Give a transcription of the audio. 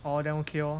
oh then okay lor